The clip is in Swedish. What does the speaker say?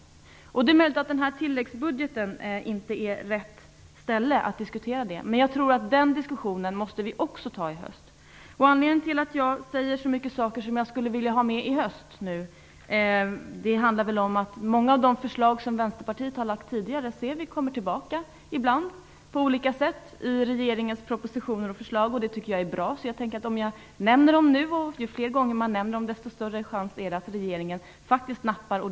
Det är möjligt att tilläggsbudgeten inte är rätt ställe för det. Men den diskussionen måste vi också ta i höst. Anledningen till att jag tar upp så mycket som jag skulle vilja ha med i höst är att vi ser att många av de förslag som Vänsterpartiet har lagt fram kommer tillbaka på olika sätt i regeringens propositioner och förslag. Det tycker vi är bra. Ju fler gånger vi nämner olika förslag desto större är chansen att regeringen faktiskt nappar.